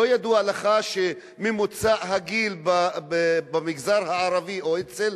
לא ידוע לך שממוצע הגיל במגזר הערבי או אצל